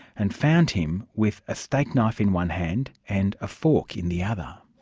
and found him with a steak knife in one hand and a fork in the other.